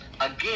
Again